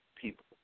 people